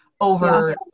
Over